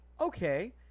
okay